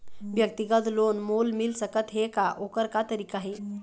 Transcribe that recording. व्यक्तिगत लोन मोल मिल सकत हे का, ओकर का तरीका हे?